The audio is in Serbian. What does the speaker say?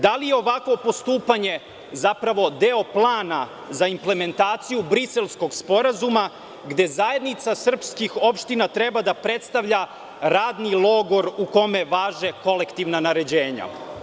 Da li je ovako postupanje zapravo deo plana za implementaciju Briselskog sporazuma, gde Zajednica srpskih opština treba da predstavlja radni logor u kome važe kolektivna naređenja?